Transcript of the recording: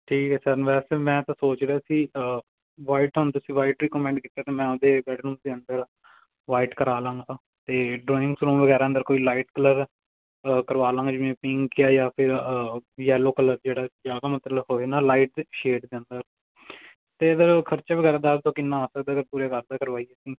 ਠੀਕ ਹੈ ਸਰ ਵੈਸੇ ਮੈਂ ਤਾਂ ਸੋਚ ਰਿਹਾ ਸੀ ਵਾਈਟ ਹੁਣ ਤੁਸੀਂ ਵਾਈਟ ਰੇਕੋਮੈਂਡ ਕੀਤਾ ਤਾਂ ਮੈਂ ਆਪਦੇ ਬੈੱਡਰੂਮ ਦੇ ਅੰਦਰ ਵਾਈਟ ਕਰਾ ਲਵਾਂਗਾ ਤਾਂ ਅਤੇ ਡਰਾਇੰਗਸ ਰੂਮ ਵਗੈਰਾ ਅੰਦਰ ਕੋਈ ਲਾਈਟ ਕਲਰ ਕਰਵਾ ਲਵਾਂਗਾ ਜਿਵੇਂ ਪਿੰਕ ਹੈ ਜਾਂ ਫਿਰ ਜੈਲੋ ਕਲਰ ਜਿਹੜਾ ਜ਼ਿਆਦਾ ਮਤਲਬ ਹੋਵੇ ਨਾ ਲਾਈਟ ਸ਼ੇਡ ਜਾਂਦਾ ਅਤੇ ਇਹਦਾ ਖਰਚਾ ਵਗੈਰਾ ਦੱਸ ਦਿਉ ਕਿੰਨਾ ਆ ਸਕਦਾ ਅਗਰ ਪੂਰੇ ਘਰ ਦਾ ਕਰਵਾਈਏ